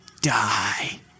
die